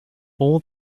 all